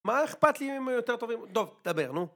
מה אכפת לי אם הם יותר טובים? טוב, דבר, נו.